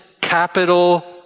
capital